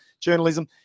journalism